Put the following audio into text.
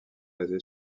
basé